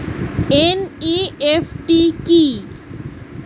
NEFT কি?